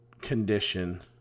Condition